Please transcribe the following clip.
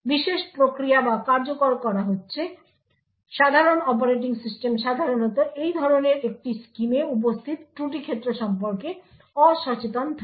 বিশেষ প্রক্রিয়া যা কার্যকর করা হচ্ছে সাধারণ অপারেটিং সিস্টেম সাধারণত এই ধরনের একটি স্কিমে উপস্থিত ত্রুটি ক্ষেত্র সম্পর্কে অসচেতন থাকে